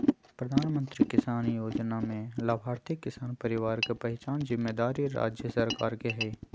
प्रधानमंत्री किसान जोजना में लाभार्थी किसान परिवार के पहिचान जिम्मेदारी राज्य सरकार के हइ